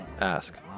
ask